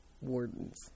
wardens